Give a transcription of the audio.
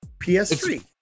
PS3